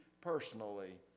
personally